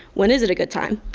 when is it a good time?